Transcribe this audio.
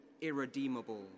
irredeemable